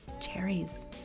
cherries